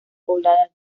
poblada